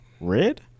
Red